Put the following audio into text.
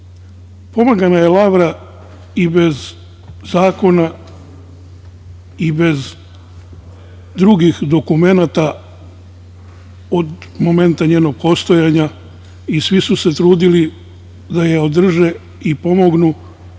Pomagana je lavra i bez zakona i bez drugih dokumenata od momenta njenog postojanja i svi su se trudili da je održe i pomognu,